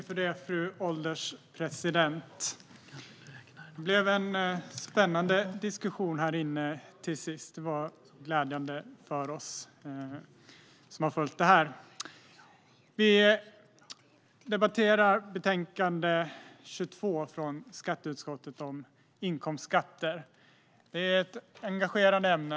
Fru ålderspresident! Det blev en spännande diskussion här till sist. Det var glädjande för oss som har följt detta. Vi debatterar skatteutskottets betänkande 22 om inkomstskatter. Det är ett engagerande ämne.